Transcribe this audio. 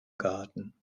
garten